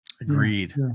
Agreed